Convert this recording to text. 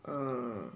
uh